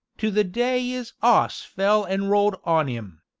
to the day is oss fell an rolled on im.